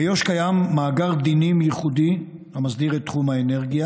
ביו"ש קיים מאגר דינים ייחודי המסדיר את תחום האנרגיה,